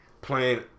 playing